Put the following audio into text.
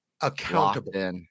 accountable